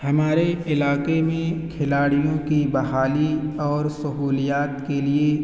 ہمارے علاقے میں کھلاڑیوں کی بحالی اور سہولیات کے لیے